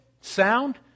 sound